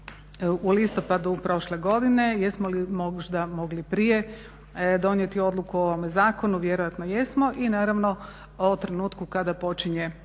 u listopadu prošle godine jesmo li možda mogli prije donijeti odluku o ovome zakonu? Vjerojatno jesmo i naravno o trenutku kada počinje raditi